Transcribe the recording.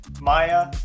Maya